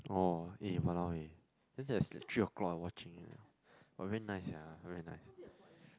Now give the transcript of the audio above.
oh eh !walao! eh then that's like three o clock ah I watching eh but very nice sia very nice